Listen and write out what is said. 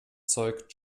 zeug